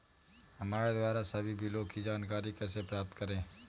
हमारे द्वारा सभी बिलों की जानकारी कैसे प्राप्त करें?